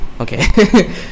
Okay